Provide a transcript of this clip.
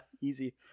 easy